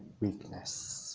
weakness